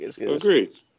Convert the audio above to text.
Agreed